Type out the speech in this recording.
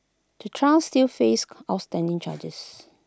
the trio still face outstanding charges